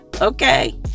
Okay